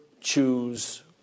choose